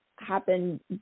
happen